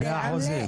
באחוזים?